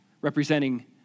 representing